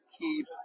keep